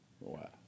Wow